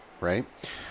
right